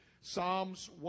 Psalms